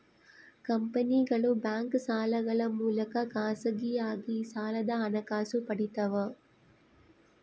ಕಂಪನಿಗಳು ಬ್ಯಾಂಕ್ ಸಾಲಗಳ ಮೂಲಕ ಖಾಸಗಿಯಾಗಿ ಸಾಲದ ಹಣಕಾಸು ಪಡಿತವ